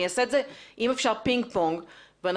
אני אעשה את זה אם אפשר בפינג-פונג ונמשיך.